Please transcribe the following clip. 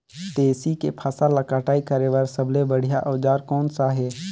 तेसी के फसल ला कटाई करे बार सबले बढ़िया औजार कोन सा हे?